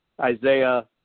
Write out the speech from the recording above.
Isaiah